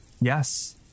Yes